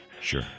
Sure